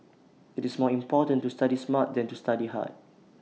IT is more important to study smart than to study hard